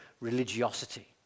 religiosity